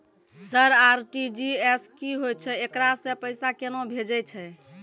Sir RTGS की होय छै, एकरा से पैसा केना भेजै छै?